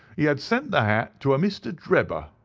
he had sent the hat to a mr. drebber,